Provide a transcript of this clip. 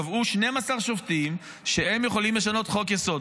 קבעו 12 שופטים שהם יכולים לשנות חוק-יסוד,